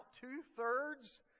two-thirds